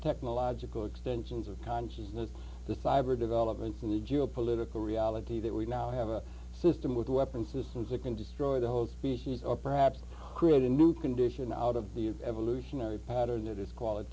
technological extensions of consciousness the fiber developments and the geo political reality that we now have a system with weapons systems that can destroy the whole species or perhaps create a new condition out of the evolutionary pattern that is qualit